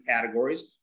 categories